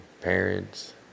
parents